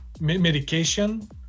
medication